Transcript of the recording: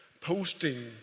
posting